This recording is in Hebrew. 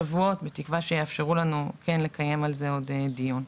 שבועות בתקווה שיאפשרו לנו לקיים על זה עוד דיון.